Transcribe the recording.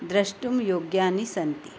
द्रष्टुं योग्यानि सन्ति